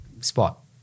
spot